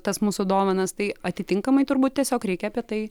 tas mūsų dovanas tai atitinkamai turbūt tiesiog reikia apie tai